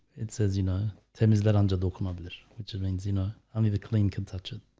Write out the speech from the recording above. it says you know tim is that underdog come up with it, which it means you know i'm either clean can touch it.